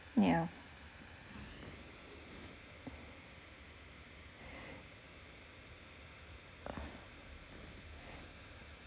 yeah